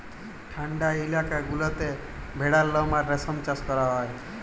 ঠাল্ডা ইলাকা গুলাতে ভেড়ার লম আর রেশম চাষ ক্যরা হ্যয়